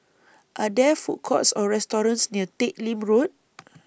Are There Food Courts Or restaurants near Teck Lim Road